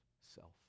self